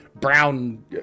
brown